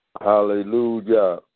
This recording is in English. hallelujah